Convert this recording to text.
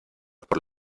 por